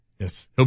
yes